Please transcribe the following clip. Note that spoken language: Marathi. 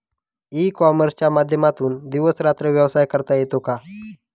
ई कॉमर्सच्या माध्यमातून दिवस रात्र व्यवसाय करता येतो का?